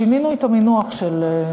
שינינו את המינוח של,